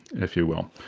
if you will.